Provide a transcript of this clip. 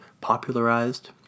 popularized